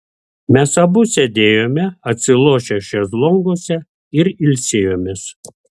mes abu sėdėjome atsilošę šezlonguose ir ilsėjomės